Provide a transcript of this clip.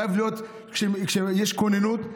חייב להיות כשיש כוננות,